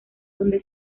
donde